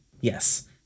yes